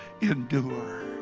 endure